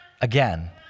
again